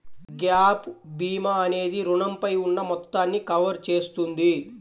gap భీమా అనేది రుణంపై ఉన్న మొత్తాన్ని కవర్ చేస్తుంది